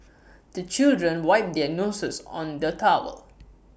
the children wipe their noses on the towel